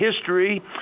history